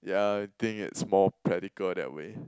ya I think it's more practical that way